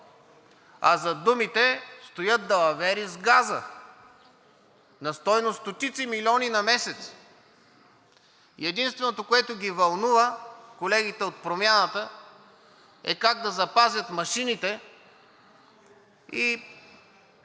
а зад думите стоят далавери с газа на стойност стотици милиони на месец. Единственото, което ги вълнува колегите от Промяната, е как да запазят машините и